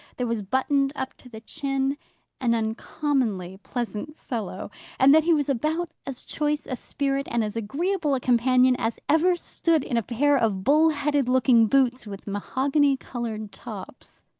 there was buttoned up to the chin an uncommonly pleasant fellow and that he was about as choice a spirit, and as agreeable a companion, as ever stood in a pair of bull-headed-looking boots with mahogany-coloured tops.